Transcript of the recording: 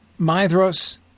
Mithros